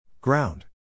Ground